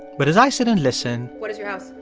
but as i sit and listen. what is your house.